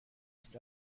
است